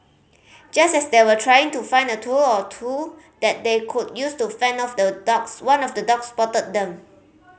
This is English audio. just as they were trying to find a tool or two that they could use to fend off the dogs one of the dogs spotted them